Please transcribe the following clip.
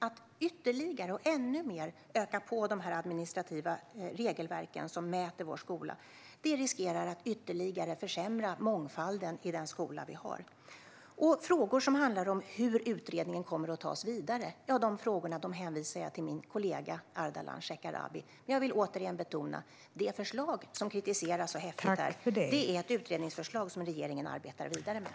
Att ytterligare och ännu mer öka på de administrativa regelverk som mäter vår skola riskerar att ytterligare försämra mångfalden i den skola vi har. Frågor som handlar om hur utredningen kommer att tas vidare hänvisar jag till min kollega Ardalan Shekarabi. Jag vill återigen betona att det förslag som kritiseras så häftigt är ett utredningsförslag som regeringen arbetar vidare med.